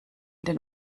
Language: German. den